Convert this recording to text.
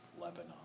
Lebanon